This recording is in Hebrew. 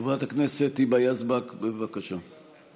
חברת הכנסת היבה יזבק, בבקשה.